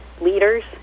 leaders